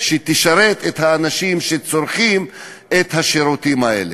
שתשרת את האנשים שצורכים את השירותים האלה.